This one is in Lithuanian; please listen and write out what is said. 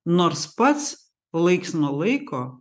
nors pats laiks nuo laiko